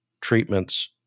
treatments